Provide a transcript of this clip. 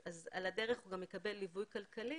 אז על הדרך הוא גם יקבל ליווי כלכלי